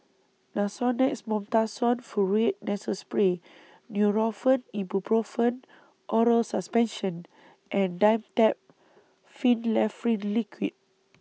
Nasonex Mometasone Furoate Nasal Spray Nurofen Ibuprofen Oral Suspension and Dimetapp Phenylephrine Liquid